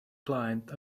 client